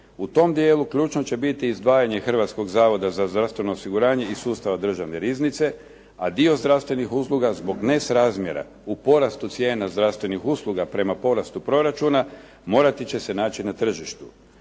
U tom dijelu ključno će biti izdvajanje Hrvatskog zavoda za zdravstveno osiguranje i sustava Državne riznice a dio zdravstvenih usluga zbog nesrazmjera u porastu cijena zdravstvenih usluga prema porastu proračuna morati će se naći na tržištu.